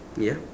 ya